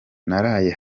naraye